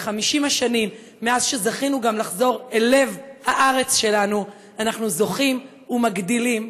ב-50 השנים מאז זכינו גם לחזור אל לב הארץ שלנו אנחנו זוכים ומגדילים,